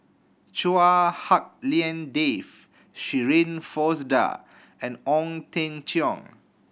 Chua Hak Lien Dave Shirin Fozdar and Ong Teng Cheong